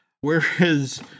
Whereas